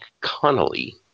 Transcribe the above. Connolly